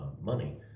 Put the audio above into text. Money